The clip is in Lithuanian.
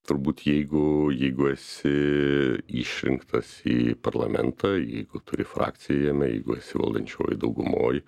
turbūt jeigu jeigu esi išrinktas į parlamentą jeigu turi frakciją jame jeigu esi valdančiojoj daugumoj